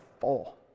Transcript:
full